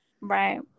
Right